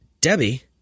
Debbie